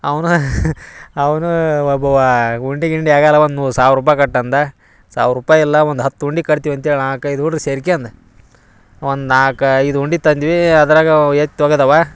ಅವ್ನಾ ಅವನು ಒಬ್ಬ ಉಂಡಿ ಗಿಂಡಿ ಆಗಲ್ಲ ಒಂದು ನೂ ಸಾವಿರ ರೂಪಾಯಿ ಕಟ್ಟಂದ ಸಾವಿರ ರೂಪಾಯಿ ಅಲ್ಲ ಒಂದು ಹತ್ತು ಉಂಡೆ ಕಟ್ತೀವಿ ಅಂತ್ಹೇಳಿ ನಾಲ್ಕೈದು ಹುಡ್ಗುರು ಸೇರ್ಕ್ಯಂಡು ಒಂದು ನಾಲ್ಕು ಐದು ಉಂಡೆ ತಂದ್ವಿ ಅದ್ರಾಗ ಎತ್ ತೊಗದವ